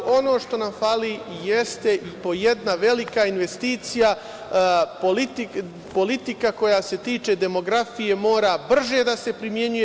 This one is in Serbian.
Ono što nam fali jeste i po jedna velika investicija, politika koja se tiče demografije mora brže da se primenjuje.